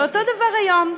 ואותו דבר היום: